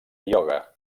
ioga